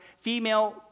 Female